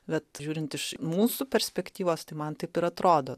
bet žiūrint iš mūsų perspektyvos tai man taip ir atrodo